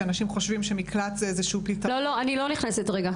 שאנשים חושבים שמקלט הוא איזשהו פתרון --- אני לא נכנסת לזה.